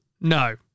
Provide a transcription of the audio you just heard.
no